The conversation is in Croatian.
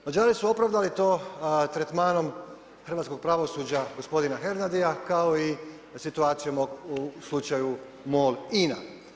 Mađari su opravdali to tretmanom hrvatskog pravosuđa gospodina Hernadia kao i situaciju u slučaju MOL INA.